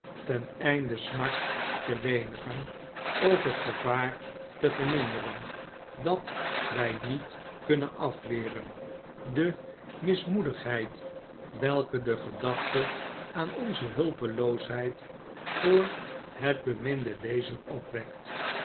ten einde smart te lenigen of het gevaar te verminderen dat wij niet kunnen afweren de mismoedigheid welke de gedachte aan onze hulpeloosheid voor hef beminde wezen opwekt